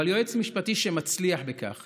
אבל יועץ משפטי שמצליח בכך